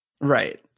Right